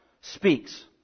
speaks